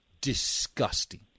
disgusting